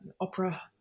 opera